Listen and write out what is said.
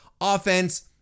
offense